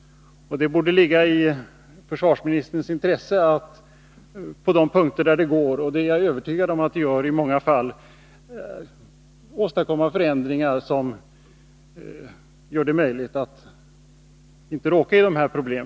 Det borde ligga i försvarsministerns intresse att på de punkter där det går — och jag är övertygad om att det går i många fall — åstadkomma förändringar, som gör det möjligt att lösa dessa problem.